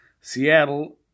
Seattle